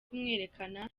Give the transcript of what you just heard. kumwerekana